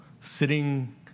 sitting